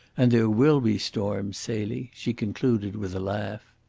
and there will be storms, celie, she concluded, with a laugh.